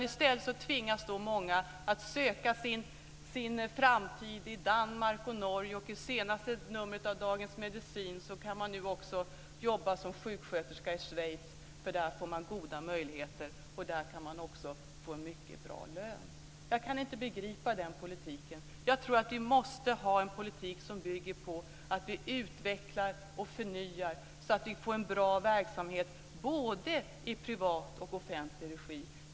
I stället tvingas många att söka sin framtid i Danmark och Norge. I senaste numret av Dagens Medicin står det att man nu också kan jobba som sjuksköterska i Schweiz, för där får man goda möjligheter, och där kan man också få en mycket bra lön. Jag kan inte begripa den politiken. Jag tror att vi måste ha en politik som bygger på att vi utvecklar och förnyar så att vi får en bra verksamhet både i privat och offentlig regi.